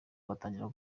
batangira